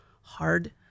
hard